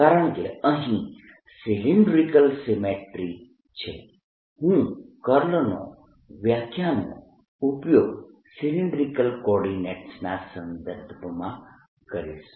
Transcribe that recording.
કારણકે અહીં cylindrical symmetry છે હું કર્લની વ્યાખ્યાનો ઉપયોગ સિલીન્ડ્રીકલ કોર્ડીનેટસ ના સંદર્ભમાં કરીશ